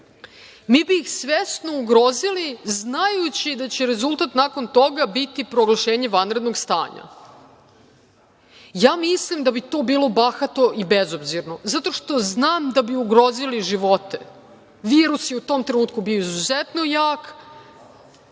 Mi bi ih svesno ugrozili, znajući da će rezultat nakon toga biti proglašenje vanrednog stanja. Mislim da bi to bilo bahato i bezobzirno, zato što znam da bi ugrozili živote. Virus je u tom trenutku bio izuzetno jak,